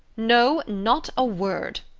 no, not a word.